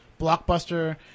blockbuster